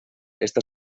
esta